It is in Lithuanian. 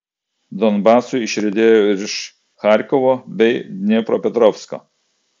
donbasui išriedėjo ir iš charkovo bei dniepropetrovsko